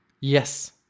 Yes